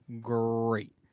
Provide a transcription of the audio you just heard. great